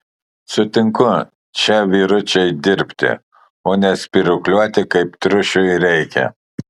sutinku čia vyručiai dirbti o ne spyruokliuoti kaip triušiui reikia